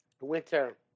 winter